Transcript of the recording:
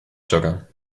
sugar